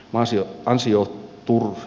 paasio kansijuttu